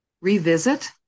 revisit